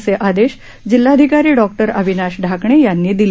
असे आदेश जिल्हाधिकारी डॉ अविनाश ढाकणे यांनी दिले